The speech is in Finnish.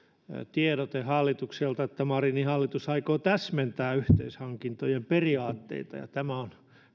tiedote että marinin hallitus aikoo täsmentää yhteishankintojen periaatteita tämä on